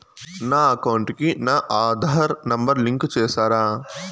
నా అకౌంట్ కు నా ఆధార్ నెంబర్ లింకు చేసారా